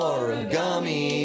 Origami